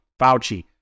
Fauci